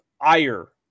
ire